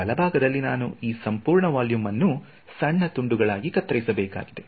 ಬಲಭಾಗದಲ್ಲಿ ನಾನು ಈ ಸಂಪೂರ್ಣ ವೊಲ್ಯೂಮ್ವನ್ನು ಸಣ್ಣ ತುಂಡುಗಳಾಗಿ ಕತ್ತರಿಸಬೇಕಾಗಿದೆ